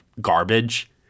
garbage—